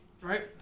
Right